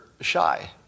shy